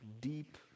deep